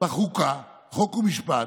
לוועדת החוקה, חוק ומשפט.